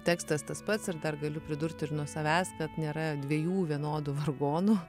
tekstas tas pats ir dar galiu pridurt ir nuo savęs kad nėra dviejų vienodų vargonų